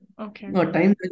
Okay